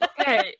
okay